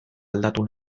aldatu